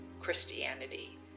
Christianity